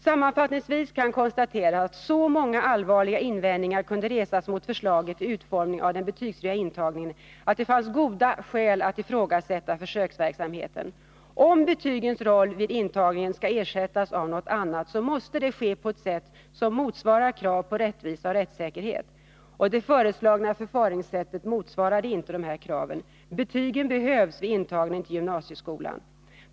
Sammanfattningsvis kan konstateras att så många allvarliga invändningar kunde resas mot förslaget till utformning av den betygsfria intagningen att det fanns goda skäl att ifrågasätta försöksverksamheten. Om betygens roll vid intagningen skall ersättas av något annat, måste detta ske på ett sätt som motsvarar krav på rättvisa och rättssäkerhet. Det föreslagna förfaringssättet motsvarade inte dessa krav. Betygen behövs vid intagning till gymnasieskolan.